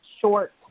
short